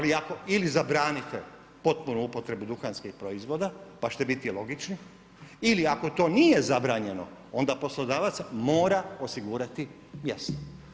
Ili zabranite potpunu upotrebu duhanskih proizvoda pa ćete biti logični, ili ako to nije zabranjeno, onda poslodavac mora osigurati mjesto.